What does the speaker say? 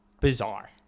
bizarre